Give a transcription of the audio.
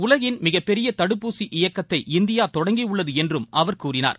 உலகின் மிகப்பெரியதடுப்பூசி இயக்கத்தை இந்தியாதொடங்கியுள்ளதுஎன்றும் அவர் கூறினார்